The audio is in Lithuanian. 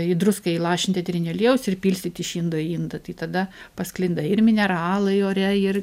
į drusą įlašint eterinio aliejaus ir pilstyt iš indo į indą tai tada pasklinda ir mineralai ore ir